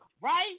Right